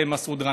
מסעוד גנאים,